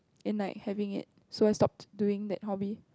in like having it so I stopped doing that hobby